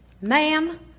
Ma'am